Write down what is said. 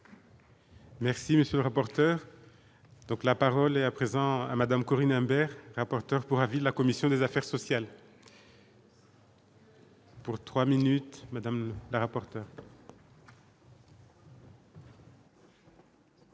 Merci, monsieur le rapporteur, donc la parole est à présent Madame Corinne Imbert, rapporteur pour avis de la commission des affaires sociales. Pour 3 minutes Madame la rapporte.